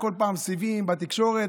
כל פעם סיבים בתקשורת,